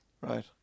Right